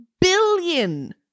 billion